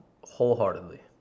Wholeheartedly